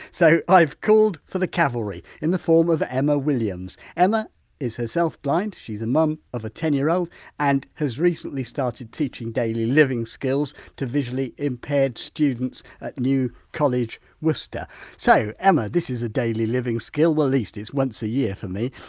so, i've called for the cavalry in the form of emma williams. emma is herself blind, she's a mum of a ten year old and has recently started teaching daily living skills to visually impaired students at new college worcester so, emma, this is a daily living skill, well at least it's once a year for me.